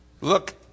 Look